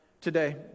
today